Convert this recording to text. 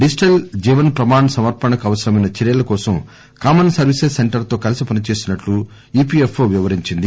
digital Jeevan Pramaan సమర్పణకు అవసరమైన చర్యల కోసం కామన్ సర్వీసెస్ సెంటర్తో కలసి పనిచేస్తున్నట్లు ఈపీఎఫ్వో వివరించింది